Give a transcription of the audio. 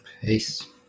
Peace